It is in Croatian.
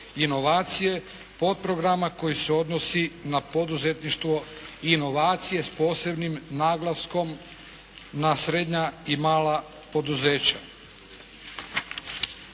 inovacije, potprograma koji se odnosi na poduzetništvo i inovacije s posebnim naglaskom na srednja i mala poduzeća.